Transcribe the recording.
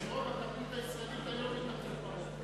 שרוב התרבות הישראלית היום היא תרבות מרוקו.